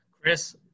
Chris